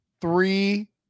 three